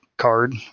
card